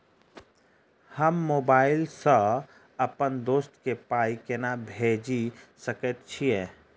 हम मोबाइल सअ अप्पन दोस्त केँ पाई केना भेजि सकैत छी?